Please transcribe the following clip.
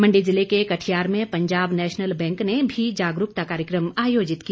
मण्डी जिले के कठियार में पंजाब नैशनल बैंक ने भी जागरूकता कार्यक्रम आयोजित किया